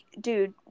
dude